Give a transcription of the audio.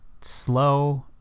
slow